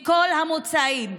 מכל המוצאים,